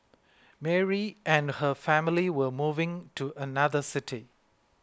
Mary and her family were moving to another city